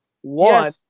One